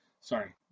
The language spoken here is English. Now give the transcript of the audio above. sorry